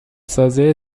سازی